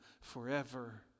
forever